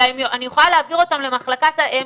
אלא אני יכולה ל העביר אותם למחלקת האם